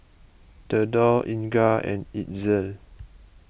thedore Inga and Itzel